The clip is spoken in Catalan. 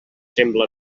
sembla